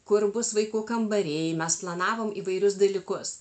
kur bus vaikų kambariai mes planavom įvairius dalykus